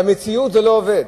במציאות זה לא עובד.